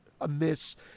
amiss